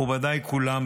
מכובדיי כולם,